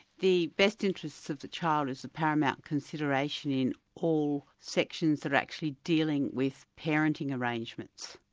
the best interests of the child is the paramount consideration in all sections that are actually dealing with parenting arrangements.